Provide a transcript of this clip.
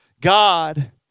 God